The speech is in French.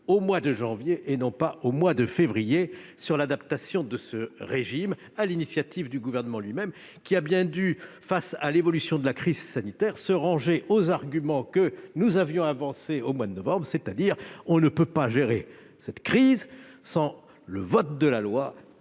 au mois de janvier et non au mois de février, de l'adaptation de ce régime, sur l'initiative du Gouvernement lui-même, qui a bien dû, compte tenu de l'évolution de la crise sanitaire, se ranger aux arguments que nous avions avancés au mois de novembre, c'est-à-dire que l'on ne peut pas gérer cette crise sans le vote d'une loi